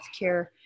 healthcare